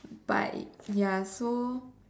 but ya so